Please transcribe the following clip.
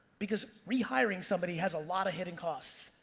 because rehiring somebody has a lot of hidden costs.